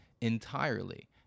entirely